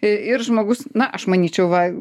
ir žmogus na aš manyčiau va